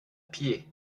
pied